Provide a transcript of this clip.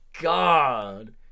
God